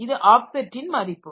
இது ஆப்செட்டின் மதிப்பு